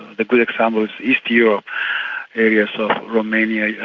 the good example is east europe areas of romania, yeah